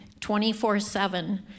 24-7